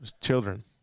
children